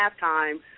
halftime